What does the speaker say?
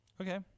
Okay